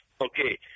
Okay